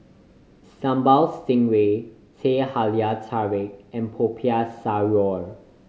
Sambal Stingray Teh Halia Tarik and Popiah Sayur